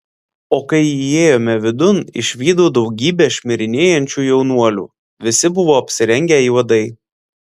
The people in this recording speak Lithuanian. o kai įėjome vidun išvydau daugybę šmirinėjančių jaunuolių visi buvo apsirengę juodai